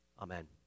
Amen